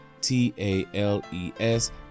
t-a-l-e-s